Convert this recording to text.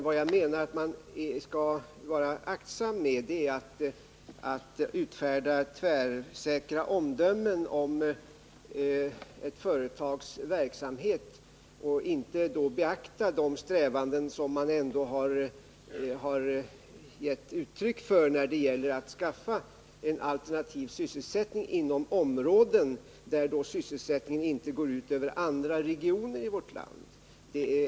Vad jag menar är att man skall vara aktsam med att utfärda tvärsäkra omdömen om ett företags verksamhet utan att beakta de strävanden som företaget ändå har gett uttryck för när det gällt att skaffa en alternativ sysselsättning inom områden där sysselsättningen inte går ut över andra regioner i vårt land.